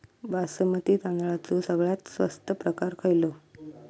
बासमती तांदळाचो सगळ्यात स्वस्त प्रकार खयलो?